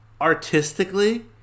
artistically